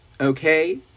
okay